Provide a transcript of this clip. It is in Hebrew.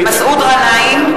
גנאים,